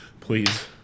Please